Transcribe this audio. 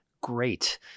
great